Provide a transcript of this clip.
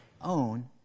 own